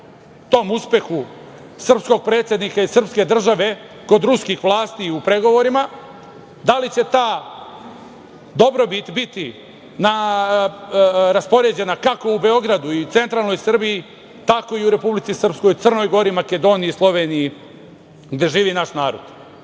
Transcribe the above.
tom uspehu srpskog predsednika i srpske države kod ruskih vlasti i u pregovorima, da li će ta dobrobit biti raspoređena kako u Beogradu i centralnoj Srbiji, tako i u Republici Srpskoj, Crnoj Gori, Makedoniji, Sloveniji, gde živi naš narod?